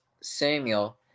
Samuel